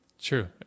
True